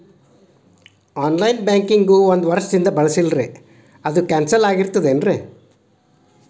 On line banking ಒಂದ್ ವರ್ಷದಿಂದ ಬಳಸಿಲ್ಲ ಅದು ಕ್ಯಾನ್ಸಲ್ ಆಗಿರ್ತದೇನ್ರಿ?